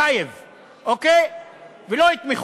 אני טעיתי.